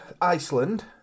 Iceland